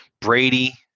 brady